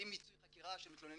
יוצאי אתיופיה.